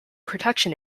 protection